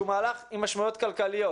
שהוא מהלך עם משמעויות כלכליות,